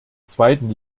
zweiten